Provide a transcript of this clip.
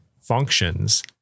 functions